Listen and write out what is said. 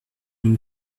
nous